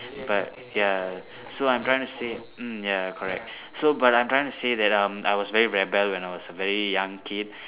but ya so I'm trying to say mm ya correct so but I'm trying to say that um I was very rebel when I was a very young kid